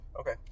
Okay